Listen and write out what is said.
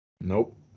Nope